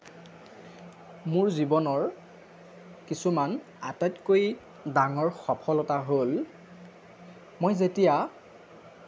মোৰ জীৱনৰ কিছুমান আটাইতকৈ ডাঙৰ সফলতা হ'ল মই যেতিয়া